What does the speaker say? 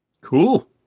Cool